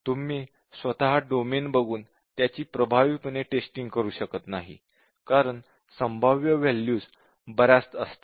तुम्ही स्वतः डोमेन बघून त्याची प्रभावीपणे टेस्टिंग करू शकत नाही कारण संभाव्य वॅल्यूज बऱ्याच असतात